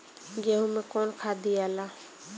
गेहूं मे कौन खाद दियाला?